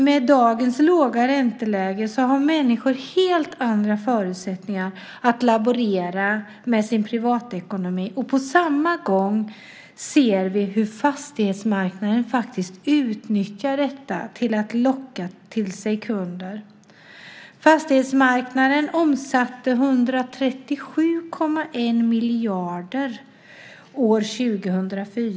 Med dagens låga ränteläge har människor helt andra förutsättningar att laborera med sin privatekonomi. På samma gång ser vi hur fastighetsmarknaden utnyttjar detta för att locka till sig kunder. Fastighetsmarknaden omsatte 137,1 miljarder år 2004.